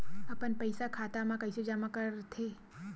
अपन पईसा खाता मा कइसे जमा कर थे?